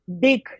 big